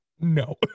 No